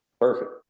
perfect